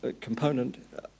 component